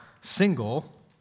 single